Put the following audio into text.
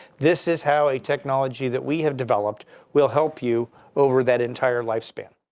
this is how a technology that we have developed will help you over that entire lifespan.